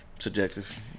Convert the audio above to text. subjective